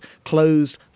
closed